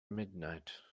midnight